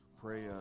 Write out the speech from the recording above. pray